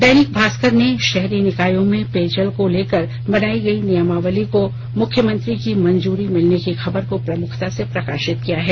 दैनिक भास्कर ने शहरी निकायों में पेयजल को लेकर बनाई गई नियमावली को मुख्यमंत्री की मंजूरी मिलने की खबर को प्रमुखता से प्रकाशित किया है